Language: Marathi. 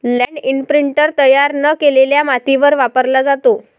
लँड इंप्रिंटर तयार न केलेल्या मातीवर वापरला जातो